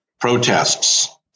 protests